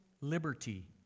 liberty